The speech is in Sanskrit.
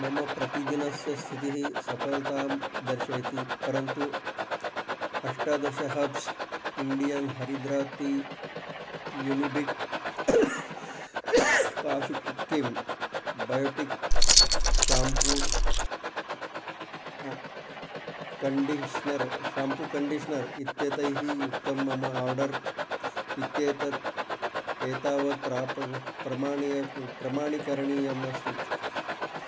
मम प्रतिदिनस्य स्थितिः सफलतां दर्शयति परन्तु अष्टादशहब्स् इण्डियन् हरिद्राती युनिबिक् काशुक्किम् Biotique shampoo conditioner shampoo conditioner इत्यतैः युक्तं मम आर्डर् इत्येतत् एतावत् प्रापर् प्रमाणीयकं प्रमाणीकरणीयम् अस्ति